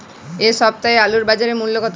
এ সপ্তাহের আলুর বাজার মূল্য কত?